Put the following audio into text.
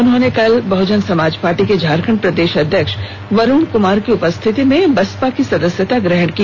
उन्होंने कल बहजन समाज पार्टी के झारखंड प्रदेश अध्यक्ष वरुण कुमार की उपस्थिति में बसपा की सदस्यता ग्रहण की